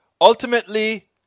Ultimately